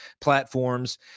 platforms